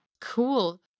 Cool